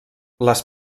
les